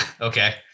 Okay